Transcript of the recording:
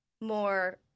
more